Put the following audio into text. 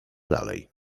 dalej